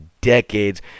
decades